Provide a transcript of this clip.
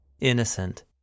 innocent